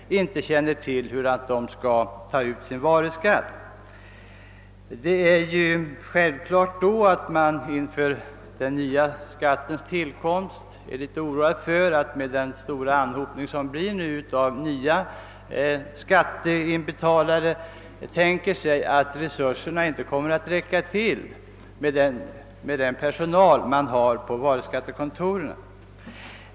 Självfallet är man då inför den nya skattens tillkomst litet orolig för att personalresurserna på varuskattekontoren, med den stora anhopning av nya skatteinbetalare som det blir, inte skall räcka till.